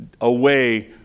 away